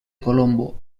colombo